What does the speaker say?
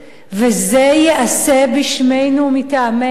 וזה ייעשה בשמנו ומטעמנו?